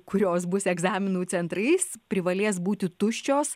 kurios bus egzaminų centrais privalės būti tuščios